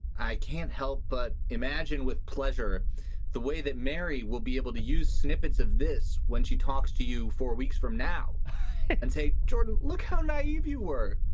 i can't help but imagine with pleasure the way that mary will be able to use snippets of this when she talks to you four weeks from now and say, jordan, look how naive you were,